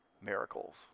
miracles